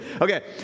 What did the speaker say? Okay